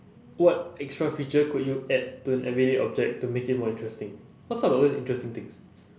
what extra feature could you add to an everyday object to make it more interesting what's up with all these interesting things